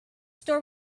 store